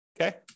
okay